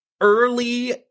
early